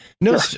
No